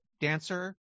dancer